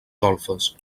golfes